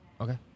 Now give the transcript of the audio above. Okay